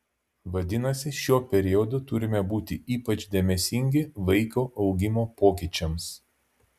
vadinasi šiuo periodu turime būti ypač dėmesingi vaiko augimo pokyčiams